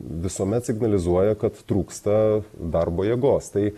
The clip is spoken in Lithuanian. visuomet signalizuoja kad trūksta darbo jėgos tai